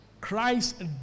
Christ